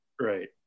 Right